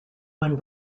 when